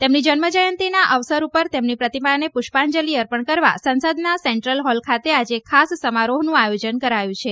તેમના જન્મજયંતિના અવસર પર તેમની પ્રતિમાને પુષ્પાંજલી અર્પણલ કરવા સંસદના સેન્ટ્રલ હોલ ખાતે આજે ખાસ સમારોહનું આયોજન કરાયું છે